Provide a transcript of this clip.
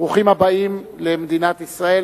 ברוכים הבאים למדינת ישראל,